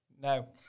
No